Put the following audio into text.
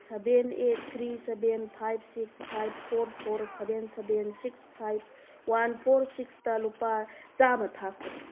seven eight three seven five six five four four seven seven six five one four ꯁꯤꯛꯁꯇ ꯂꯨꯄꯥ ꯆꯥꯃ ꯊꯥꯈꯣ